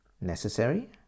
Necessary